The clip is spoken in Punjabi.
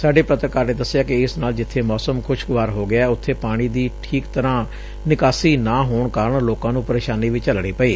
ਸਾਡੇ ਪੱਤਰਕਾਰ ਨੇ ਦਸਿਐ ਕਿ ਇਸ ਨਾਲ ਜਿੱਥੇ ਮੌਸਮ ਖੁਸ਼ਗਵਾਰ ਹੋ ਗਿਐ ਉਥੇ ਪਾਣੀ ਦੀ ਠੀਕ ਤਰ੍ਹਾਂ ਨਿਕਾਸੀ ਨਾ ਹੋਣ ਕਾਰਨ ਲੋਕਾਂ ਨੂੰ ਪ੍ਰੇਸ਼ਾਨੀ ਵੀ ਝੱਲਣੀ ਪਈ